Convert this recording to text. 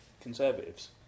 Conservatives